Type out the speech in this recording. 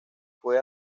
fue